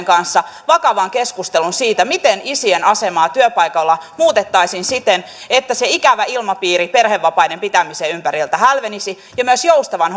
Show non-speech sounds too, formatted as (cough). (unintelligible) kanssa vakavan keskustelun siitä miten isien asemaa työpaikalla muutettaisiin siten että se ikävä ilmapiiri perhevapaiden pitämisen ympäriltä hälvenisi ja myös joustavan (unintelligible)